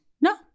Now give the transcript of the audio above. No